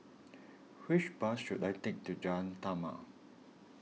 which bus should I take to Jalan Taman